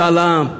משאל עם.